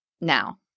now